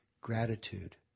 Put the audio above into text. gratitude